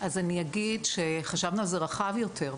אז אני אגיד, שחשבנו על זה רחב יותר.